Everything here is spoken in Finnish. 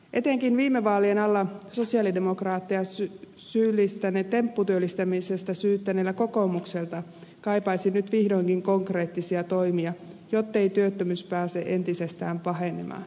etenkin viime vaalien alla sosialidemok raatteja tempputyöllistämisestä syyttäneellä kokoomukselta kaipaisi nyt vihdoinkin konkreettisia toimia jottei työttömyys pääse entisestään pahenemaan